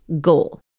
goal